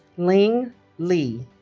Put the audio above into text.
liang li